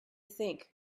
think